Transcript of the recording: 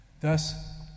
Thus